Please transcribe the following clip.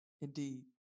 Indeed